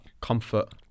comfort